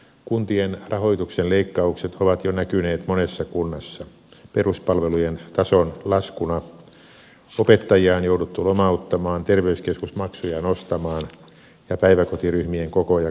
kuntien rahoituksen leikkaukset ovat jo näkyneet monessa kunnassa peruspalvelujen tason laskuna opettajia on jouduttu lomauttamaan terveyskeskusmaksuja nostamaan ja päiväkotiryhmien kokoja kasvattamaan